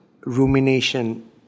rumination